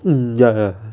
um ya ya